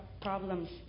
problems